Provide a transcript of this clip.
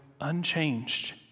unchanged